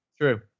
True